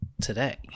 today